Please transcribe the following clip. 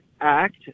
act